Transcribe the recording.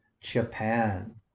Japan